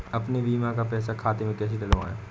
अपने बीमा का पैसा खाते में कैसे डलवाए?